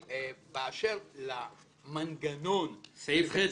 באשר למנגנון --- הוספת סעיף קטן (ח),